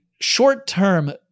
short-term